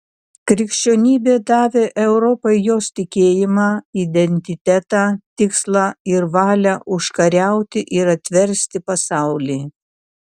krikščionybė davė europai jos tikėjimą identitetą tikslą ir valią užkariauti ir atversti pasaulį